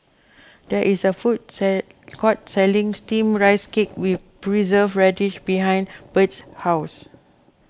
there is a food sell court selling Steamed Rice Cake with Preserved Radish behind Bird's house